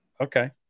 Okay